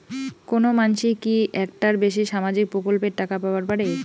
কোনো মানসি কি একটার বেশি সামাজিক প্রকল্পের টাকা পাবার পারে?